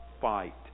fight